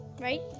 right